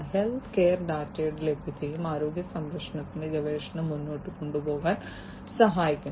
health care ഡാറ്റയുടെ ലഭ്യതയും ആരോഗ്യ സംരക്ഷണ ഗവേഷണം മുന്നോട്ട് കൊണ്ടുപോകാൻ സഹായിക്കുന്നു